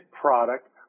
product